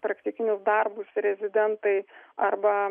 praktinius darbus rezidentai arba